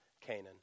Canaan